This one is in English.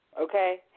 okay